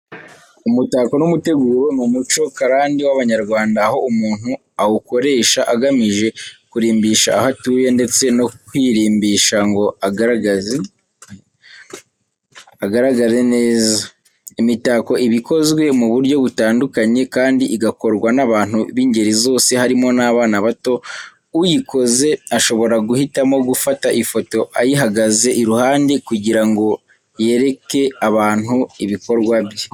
Umutako n’umuteguro, ni umuco karande w’Abanyarwanda, aho umuntu awukoresha agamije kurimbisha aho atuye, ndetse no kwirimbisha ngo agaragare neza. Imitako iba ikozwe mu buryo butandukanye kandi igakorwa n'abantu b'ingeri zose harimo n'abana bato. Uyikoze ashobora guhitamo gufata ifoto ayihagaze iruhande kugirango yereke abantu ibikorwa bye.